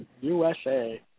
USA